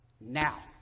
now